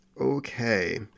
Okay